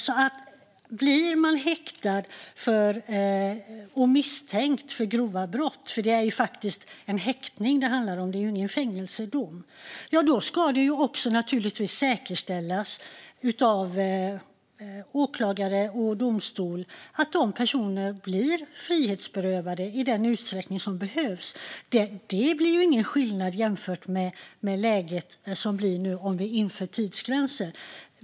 Om personer blir häktade och är misstänkta för grova brott - det är ju häktning det handlar om, inte en fängelsedom - ska det naturligtvis säkerställas av åklagare och domstol att personerna blir frihetsberövade i den utsträckning som behövs. Det blir ingen skillnad jämfört med det läge som det blir om vi inför tidsgränser.